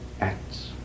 acts